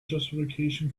justification